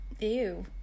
Ew